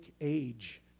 age